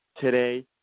today